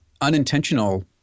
unintentional